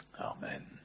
Amen